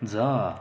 जा